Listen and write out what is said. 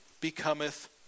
becometh